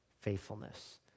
faithfulness